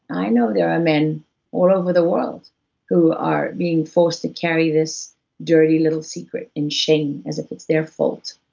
i know there are men all over the world who are being forced to carry this dirty little secret in shame, as if it's their fault,